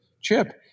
chip